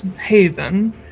Haven